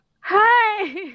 Hi